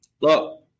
Look